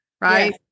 Right